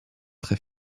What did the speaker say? très